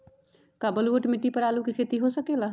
का बलूअट मिट्टी पर आलू के खेती हो सकेला?